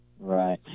Right